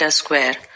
square